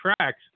tracks